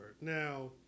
Now